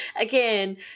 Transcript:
again